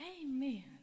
Amen